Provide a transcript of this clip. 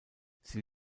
sie